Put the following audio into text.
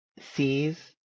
sees